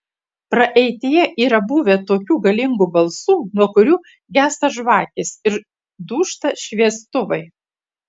praeityje yra buvę tokių galingų balsų nuo kurių gęsta žvakės ir dūžta šviestuvai